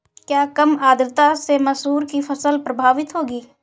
क्या कम आर्द्रता से मसूर की फसल प्रभावित होगी?